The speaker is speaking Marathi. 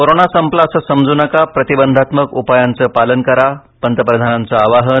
कोरोना संपला असं समजू नका प्रतिबंधात्मक उपायांचं पालन करा पंतप्रधानांचं आवाहन